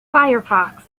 firefox